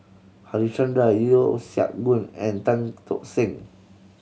Harichandra Yeo Siak Goon and Tan Tock San